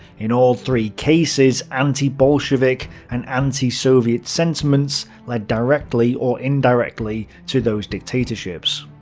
in all three cases, anti-bolshevik and anti-soviet sentiments led directly or indirectly to those dictatorships.